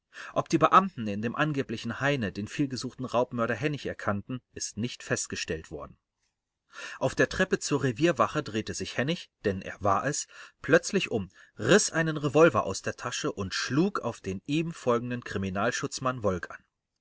ob die beamten in dem angeblichen heine den vielgesuchten raubmörder hennig erkannten ist nicht festgestellt worden auf der treppe zur revierwache drehte sich hennig denn er war es plötzlich um riß einen revolver aus der tasche und schlug auf den ihm folgenden kriminalschutzmann wolk an